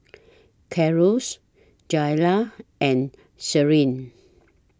Carlos Jaylah and Shirlene